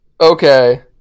Okay